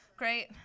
great